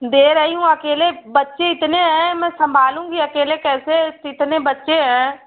दे रही हूँ अकेले बच्चे इतने हैं मैं संभालूँगी अकेले कैसे कितने बच्चे हैं